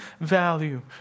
value